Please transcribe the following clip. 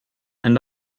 and